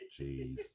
Jeez